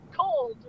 cold